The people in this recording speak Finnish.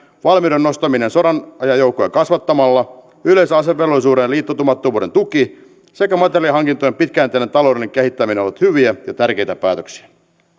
valmiuden nostaminen sodanajan joukkoja kasvattamalla yleisen asevelvollisuuden ja liittoutumattomuuden tuki sekä materiaalihankintojen pitkäjänteinen taloudellinen kehittäminen ovat hyviä ja tärkeitä päätöksiä